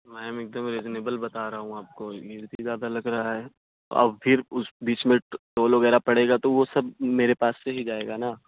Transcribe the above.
میم ایک دم ریزنیبل بتا رہا ہوں آپ کو یہ بھی زیادہ لگ رہا ہے اور پھر اس بیچ میں ٹول وغیرہ پڑے گا تو وہ سب میرے پاس سے ہی جائے گا نا